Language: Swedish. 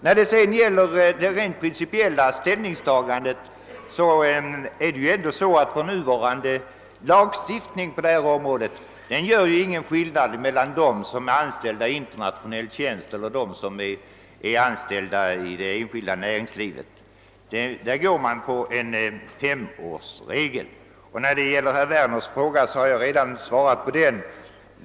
När det gäller det rent principiella ställningstagandet vill jag erinra om att vår nuvarande lagstiftning på detta område inte gör någon skillnad mellan dem som är anställda i internationella organisationer och dem som är anställ da inom det enskilda näringslivet. Femårsregeln gäller bägge kategorierna. Jag har redan besvarat herr Werners fråga.